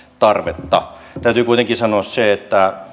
tarvetta täytyy kuitenkin sanoa se että